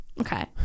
Okay